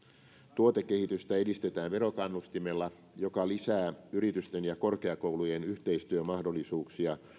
tuotekehitystä edistetään verokannustimella joka lisää yritysten ja korkeakoulujen yhteistyömahdollisuuksia